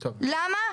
למה?